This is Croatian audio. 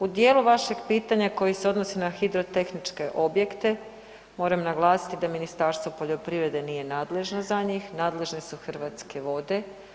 U dijelu vašeg pitanja koji se odnosi na hidrotehničke objekte moram naglasiti da Ministarstvo poljoprivrede nije nadležno za njih, nadležne su Hrvatske vode.